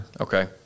Okay